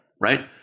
right